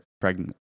pregnant